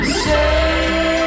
Say